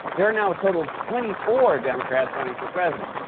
there are now a total of twenty four democrats running for president.